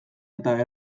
eta